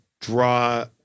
draw